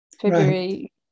February